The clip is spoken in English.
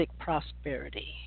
prosperity